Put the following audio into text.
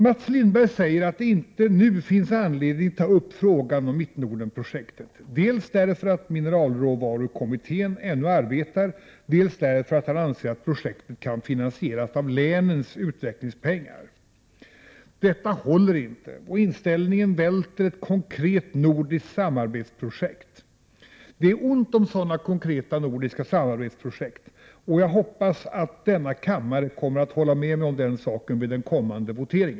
Mats Lindberg säger att det inte nu finns någon anledning att ta upp frågan om Mittnordenprojektet dels därför att mineralråvarukommittén ännu arbetar, dels därför att han anser att projektet kan finansieras med hjälp av länens utvecklingspengar. Med den inställningen välter man ett konkret nordiskt samarbetsprojekt och sådana är det ju ont om. Jag hoppas således att kammarens ledamöter håller med mig om den saken vid kommande votering.